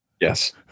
Yes